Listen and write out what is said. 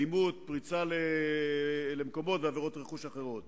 אלימות, פריצה למקומות ועבירות רכוש אחרות.